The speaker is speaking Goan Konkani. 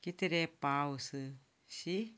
कितें रे पावस शी